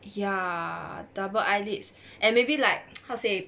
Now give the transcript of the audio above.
ya double eyelids and maybe like how to say